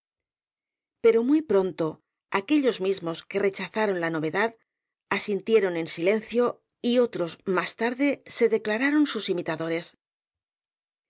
pero muy pronto aquellos mismos que rechazaron la novedad asintieron en silencio y otros más tarde se declararon sus imitadores